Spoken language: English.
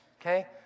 okay